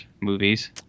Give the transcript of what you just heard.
movies